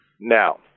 Now